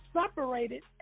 separated